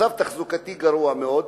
מצב תחזוקתי גרוע מאוד.